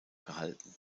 gehalten